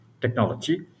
technology